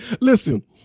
Listen